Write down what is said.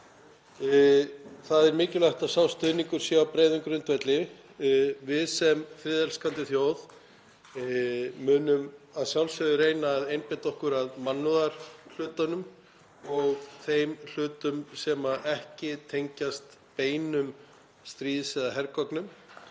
Það er mikilvægt að sá stuðningur sé á breiðum grundvelli. Við sem friðelskandi þjóð munum að sjálfsögðu reyna að einbeita okkur að mannúðarhlutanum og þeim hlutum sem ekki tengjast beinum stríðs- eða hergögnum